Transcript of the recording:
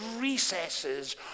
recesses